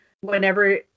whenever